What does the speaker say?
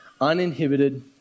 uninhibited